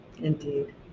Indeed